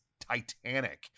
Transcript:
titanic